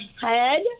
head